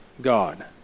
God